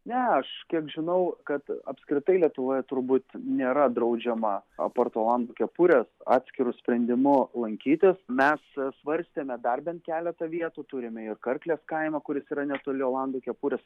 ne aš kiek žinau kad apskritai lietuvoje turbūt nėra draudžiama apart olando kepurės atskiru sprendimu lankytis mes svarstėme dar bent keletą vietų turime ir karklės kaimą kuris yra netoli olando kepurės